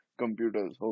computers